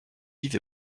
vive